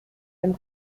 dem